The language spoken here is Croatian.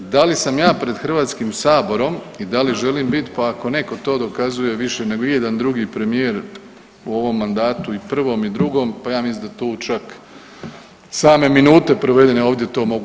Da li sam ja pred Hrvatskim saborom i da li želim biti pa ako neko to dokazuje više nego ijedan drugi premijer u ovom mandatu i prvom i drugom, pa ja mislim da tu čak same minute provedene ovdje to mogu